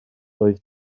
roedd